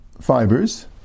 fibers